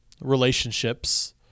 relationships